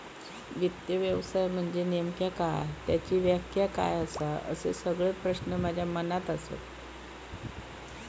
वित्त व्यवसाय म्हनजे नेमका काय? त्याची व्याख्या काय आसा? असे सगळे प्रश्न माझ्या मनात आसत